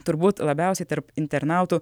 turbūt labiausiai tarp internautų